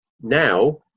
now